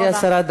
גברתי השרה,